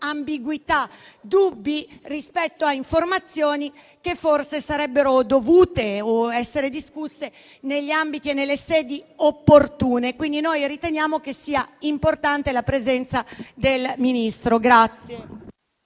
ambiguità e dubbi rispetto a informazioni che forse avrebbero dovuto essere discusse negli ambiti e nelle sedi opportuni. Riteniamo quindi che sia importante la presenza del Ministro.